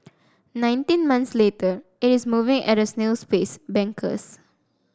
nineteen months later it is moving at a snail's pace bankers